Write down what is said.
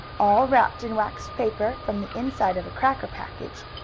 all wrapped in waxed paper from the inside of a cracker package,